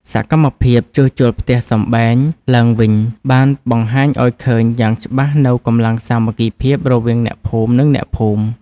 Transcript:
សកម្មភាពជួសជុលផ្ទះសម្បែងឡើងវិញ បានបង្ហាញឱ្យឃើញយ៉ាងច្បាស់នូវកម្លាំងសាមគ្គីភាពរវាងអ្នកភូមិ និងអ្នកភូមិ។